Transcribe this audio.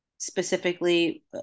specifically